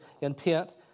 intent